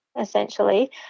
essentially